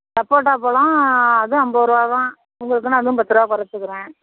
சப்போட்டா பழம் அதுவும் ஐம்பது ரூபா தான் உங்களுக்குன்னு அதுவும் பத்து ரூபா கொறைச்சிக்கிறேன்